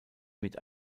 mit